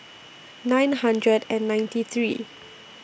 nine hundred and ninety three